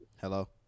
Hello